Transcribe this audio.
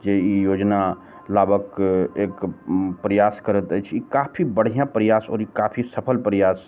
जे ई योजना लेबाक एक प्रयास करैत अछि ई काफी बढ़िआँ प्रयास आओर ई काफी सफल प्रयास